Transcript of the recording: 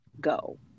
go